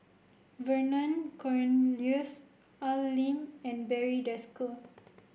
Vernon Cornelius Al Lim and Barry Desker